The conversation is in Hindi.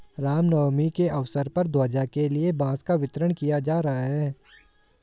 राम नवमी के अवसर पर ध्वजा के लिए बांस का वितरण किया जा रहा है